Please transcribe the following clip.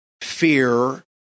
Fear